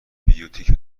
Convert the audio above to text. بیوتیک